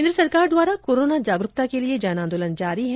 केन्द्र सरकार द्वारा कोरोना जागरूकता के लिए जन आंदोलन जारी है